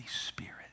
Spirit